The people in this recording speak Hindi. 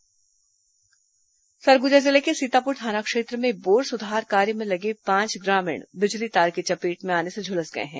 सरगुजा ग्रामीण झुलसे सरगुजा जिले के सीतापुर थाना क्षेत्र में बोर सुधार कार्य में लगे पांच ग्रामीण बिजली तार की चपेट में आने से झुलस गए हैं